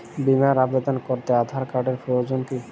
বিমার আবেদন করতে আধার কার্ডের প্রয়োজন কি?